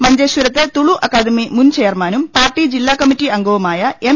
മഞ്ചേശ്വ രത്ത് തുളു അക്കാദമി മുൻചെയർമാനും പാർട്ടി ജില്ലാ കമ്മിറ്റി അംഗവുമായ എം